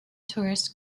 tourist